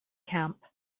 camp